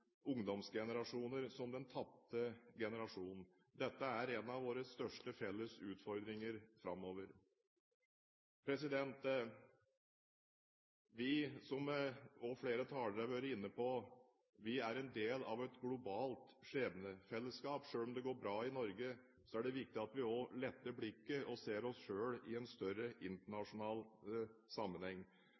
som den tapte generasjonen. Dette er en av våre største felles utfordringer framover. Som flere talere har vært inne på, er vi del av et globalt skjebnefellesskap. Selv om det går bra i Norge, er det viktig at vi også løfter blikket og ser oss selv i en større internasjonal sammenheng.